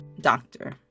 doctor